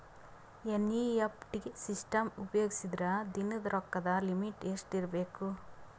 NEFT system ಉಪಯೋಗಿಸಿದರ ದಿನದ ರೊಕ್ಕದ ಲಿಮಿಟ್ ಎಷ್ಟ ಇರಬೇಕು?